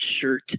shirt